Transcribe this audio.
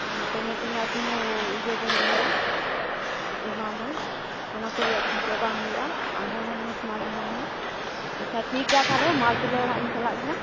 ᱚᱱᱟ ᱯᱮᱢᱮᱴ ᱨᱮᱭᱟᱜ ᱠᱳᱱᱳ ᱤᱭᱟᱹ ᱵᱟᱹᱧ ᱫᱚᱦᱚᱭᱟ ᱮᱢᱟᱢᱟᱹᱧ ᱚᱱᱟ ᱠᱚ ᱨᱮᱭᱟᱜ ᱪᱤᱱᱛᱟᱹ ᱵᱟᱝ ᱦᱩᱭᱩᱜᱼᱟ ᱟᱢ ᱦᱚᱸ ᱢᱚᱡᱽ ᱢᱚᱡᱽ ᱢᱟᱞ ᱤᱢᱟᱹᱧ ᱢᱮ ᱟᱪᱪᱷᱟ ᱴᱷᱤᱠ ᱜᱮᱭᱟ ᱛᱟᱞᱚᱦᱮ ᱢᱟᱞ ᱛᱩᱞᱟᱹᱣ ᱦᱟᱸᱜ ᱤᱧ ᱪᱟᱞᱟᱜ ᱠᱟᱱᱟ